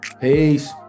peace